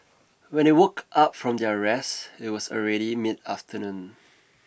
when they woke up from their rest it was already mid afternoon